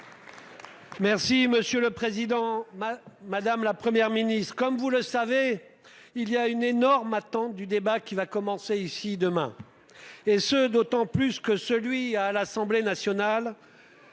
Merci monsieur le président. Madame, la Première ministre, comme vous le savez, il y a une énorme attente du débat qui va commencer ici demain. Et ce d'autant plus que celui à l'Assemblée nationale.